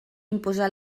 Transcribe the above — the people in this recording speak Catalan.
imposar